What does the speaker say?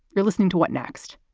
you're listening to what next.